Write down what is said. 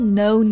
no